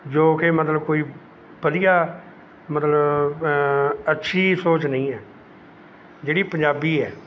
ਜੋ ਕਿ ਮਤਲਬ ਕੋਈ ਵਧੀਆ ਮਤਲਬ ਅੱਛੀ ਸੋਚ ਨਹੀਂ ਹੈ ਜਿਹੜੀ ਪੰਜਾਬੀ ਹੈ